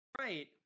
Right